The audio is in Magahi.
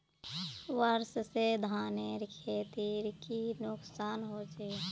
वर्षा से धानेर खेतीर की नुकसान होचे?